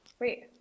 wait